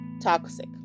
toxic